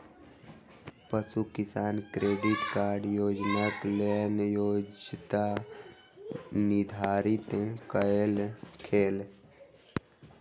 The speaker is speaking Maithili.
पशु किसान क्रेडिट कार्ड योजनाक लेल योग्यता निर्धारित कयल गेल